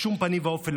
בשום פנים ואופן.